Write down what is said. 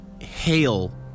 hail